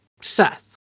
Seth